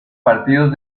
partidos